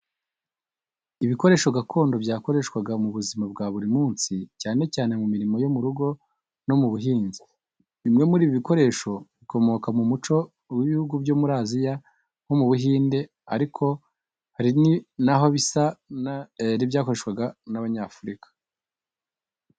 Ibikoresho gakondo byakoreshwaga mu buzima bwa buri munsi cyane cyane mu mirimo yo mu rugo no mu buhinzi. Bimwe muri ibi bikoresho bikomoka mu muco w’ibihugu byo muri Aziya nko mu Buhinde ariko hari n'aho bisa n’ibyakoreshwaga n’Abanyafurika.